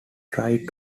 tried